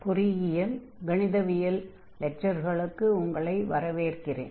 பொறியியல் கணிதவியல் 1 குறித்த லெக்சர்களுக்கு உங்களை வரவேற்கிறேன்